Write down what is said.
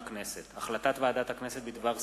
הצעת חוק החברות הממשלתיות (תיקון,